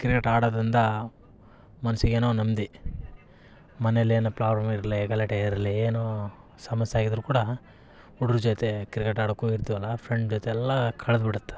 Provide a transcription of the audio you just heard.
cricket ಆಡೋದ್ರಿಂದ ಮನ್ಸಿಗೆ ಏನೋ ನೆಮ್ಮದಿ ಮನೇಲಿ ಏನೋ ಪ್ರಾಬ್ಲಮ್ ಇರಲಿ ಗಲಾಟೆ ಇರಲಿ ಏನೋ ಸಮಸ್ಯೆ ಆಗಿದ್ರೂ ಕೂಡ ಹುಡ್ಗ್ರು ಜೊತೆ ಕ್ರಿಕೆಟ್ ಆಡೋಕ್ಕೆ ಹೋಗಿರ್ತೀವಲ್ಲ ಫ್ರೆಂಡ್ ಜೊತೆ ಎಲ್ಲ ಕಳ್ದ್ಬಿಡತ್ತೆ